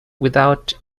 without